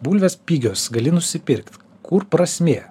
bulvės pigios gali nusipirkt kur prasmė